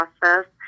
process